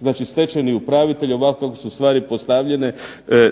Da će stečajni upravitelj ovako kako su stvari postavljene